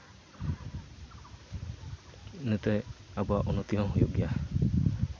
ᱤᱱᱟᱹᱛᱮ ᱟᱵᱚᱣᱟᱜ ᱩᱱᱱᱚᱛᱤ ᱦᱚᱸ ᱦᱩᱭᱩᱜ ᱜᱮᱭᱟ